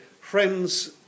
friends